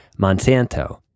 Monsanto